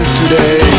today